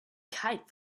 kite